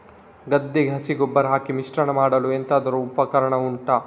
ಗದ್ದೆಗೆ ಹಸಿ ಗೊಬ್ಬರ ಹಾಕಿ ಮಿಶ್ರಣ ಮಾಡಲು ಎಂತದು ಉಪಕರಣ ಉಂಟು?